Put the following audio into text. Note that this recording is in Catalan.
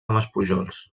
maspujols